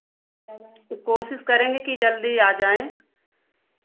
कोशिश करेंगे कि जल्दी आ जाएँ